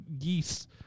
Geese